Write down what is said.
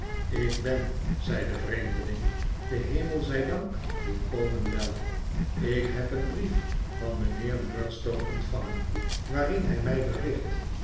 ik ben zei de vreemdeling den hemel zij dank volkomen wel ik heb een brief van mijnheer murdstone ontvangen waarin hij mij bericht